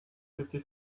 fifty